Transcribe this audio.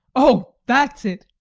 oh, that's it!